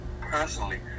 personally